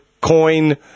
coin